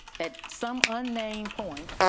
at some unnamed point,